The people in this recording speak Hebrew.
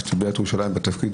ושימשתי בעיריית ירושלים בתפקיד